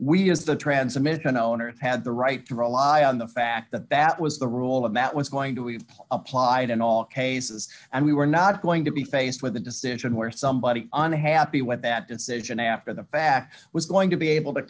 we as the transmission owner had the right to rely on the fact that that was the rule of mat was going to have applied in all cases and we were not going to be faced with a decision where somebody unhappy with that decision after the fact was going to be able to